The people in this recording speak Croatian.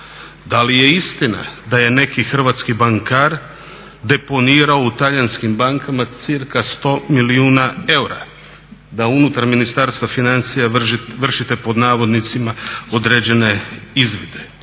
Da li je istina da je neki hrvatski bankar deponirao u talijanskim bankama cirka 100 milijuna eura, da unutar Ministarstva financija vršite "određene izvide".